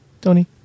Tony